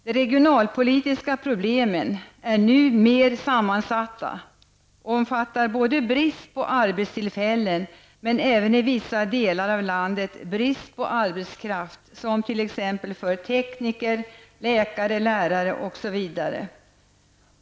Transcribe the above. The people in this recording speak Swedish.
De regionalpolitiska problemen är nu också mer sammansatta och omfattar såväl brist på arbetstillfällen som i vissa delar av landet brist på arbetskraft som t.ex. tekniker, läkare och lärare.